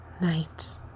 night